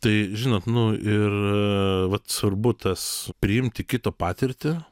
tai žinot nu ir vat svarbu tas priimti kito patirtį